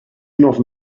novel